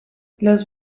los